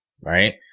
Right